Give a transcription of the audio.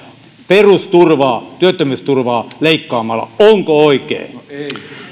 perusturvaa työttömyysturvaa leikkaamalla onko oikein